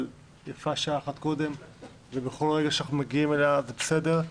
אבל יפה שעה אחת קודם ובכל רגע שאנחנו מגיעים אליה זה בסדר,